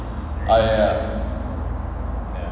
ah ya